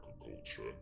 Agriculture